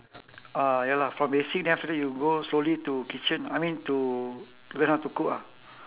ah ya lah from basic then after that you go slowly to kitchen I mean to learn how to cook ah